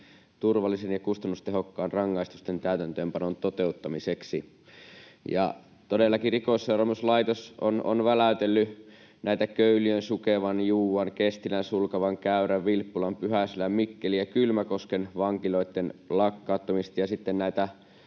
turvallisen ja kustannustehokkaan rangaistusten täytäntöönpanon toteuttamiseksi. Ja todellakin Rikosseuraamuslaitos on väläytellyt näitä Köyliön, Sukevan, Juuan, Kestilän, Sulkavan, Käyrän, Vilppulan, Pyhäselän, Mikkelin ja Kylmäkosken vankiloitten lakkauttamista ja sitten näiden